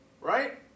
right